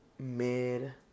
mid